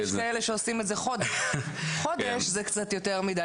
יש כאלה שעושים זאת חודש, וחודש זה קצת יותר מדי.